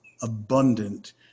abundant